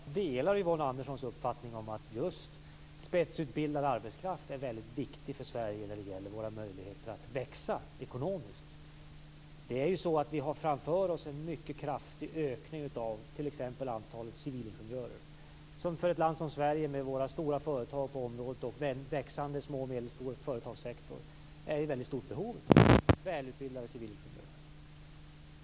Fru talman! Jag delar Yvonne Anderssons uppfattning om att just spetsutbildad arbetskraft är mycket viktig för Sverige när det gäller våra möjligheter att växa ekonomiskt. Vi har framför oss en mycket kraftig ökning av t.ex. antalet civilingenjörer. Ett land som Sverige, med våra stora företag på området och en växande sektor med små och medelstora företag, är i mycket stort behov av välutbildade civilingenjörer.